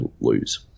lose